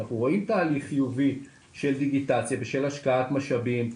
אנחנו רואים תהליך חיובי של דיגיטציה בשל השקעת משאבים,